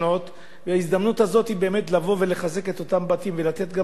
וההזדמנות הזאת היא באמת לבוא ולחזק את אותם בתים ולתת גם רווחה